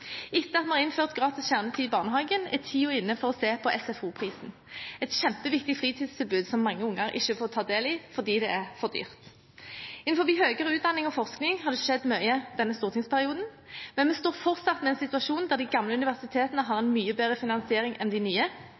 Etter at vi har innført gratis kjernetid i barnehagene, er tiden inne for å se på SFO-prisen. Det er et kjempeviktig fritidstilbud som mange barn ikke får ta del i, fordi det er for dyrt. Innenfor høyere utdanning og forskning har det skjedd mye denne stortingsperioden. Men vi står fortsatt med en situasjon der de gamle universitetene har en mye bedre finansiering enn de nye